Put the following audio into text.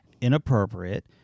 Inappropriate